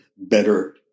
better